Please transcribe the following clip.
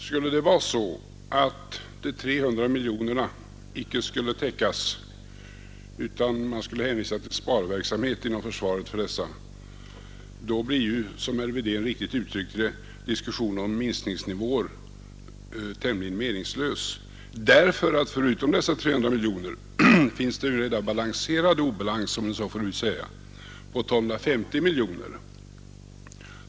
Skulle det vara så att de 300 miljonerna icke skulle täckas utan man skulle hänvisa till sparverksamhet inom försvaret för dessa, då blir ju — som herr Wedén riktigt uttryckte det — en diskussion om minskningsnivån tämligen meningslös, ty förutom dessa 300 miljoner finns redan en ”balanserad obalans” på 1250 miljoner.